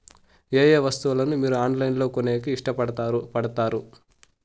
ఏయే వస్తువులను మీరు ఆన్లైన్ లో కొనేకి ఇష్టపడుతారు పడుతారు?